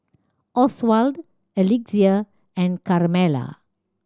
Oswald Alexia and Carmella